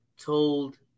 Told